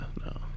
no